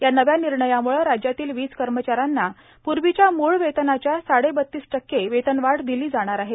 या नव्या निर्णयामुळे राज्यातील वीज कर्मचाऱ्यांना पूर्वीच्या मूळवेतनाच्या साडे बतीस टक्के वेतनवाढ दिली जाणार आहे